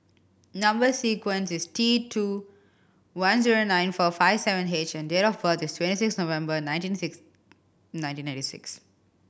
number sequence is T two one zero nine four five seven H and date of birth is twenty six November nineteen six nineteen ninety six